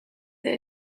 that